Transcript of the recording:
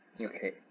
Okay